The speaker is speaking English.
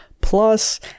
plus